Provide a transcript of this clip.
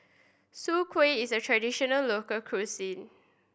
Soon Kueh is a traditional local cuisine